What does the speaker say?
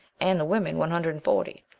and the women one hundred and forty,